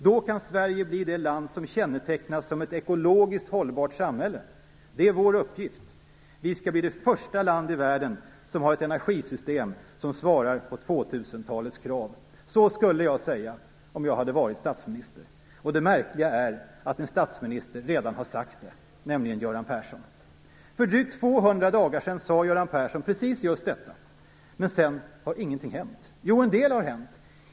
Då kan Sverige bli det land som kännetecknas som ett ekologiskt hållbart samhälle. Det är vår uppgift. Vi skall bli det första land i världen som har ett energisystem som svarar mot 2000-talets krav. Så skulle jag säga om jag var statsminister. Det märkliga är att en statsminister redan har sagt det, nämligen Göran Persson. För drygt 200 dagar sedan sade Göran Persson just detta. Men sedan har ingenting hänt. Jo, en del har hänt.